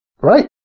Right